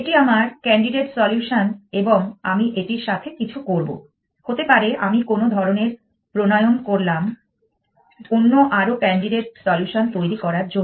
এটি আমার candidate solution এবং আমি এটির সাথে কিছু করব হতে পারে আমি কোনো ধরনের প্রণয়ন করলাম অন্য আরো ক্যান্ডিডেট সলিউশন তৈরি করার জন্য